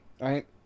right